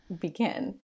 begin